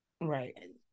right